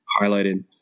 highlighted